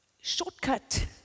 shortcut